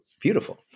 beautiful